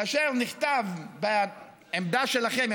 כאשר נכתב בעמדה שלכם,